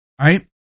Right